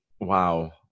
Wow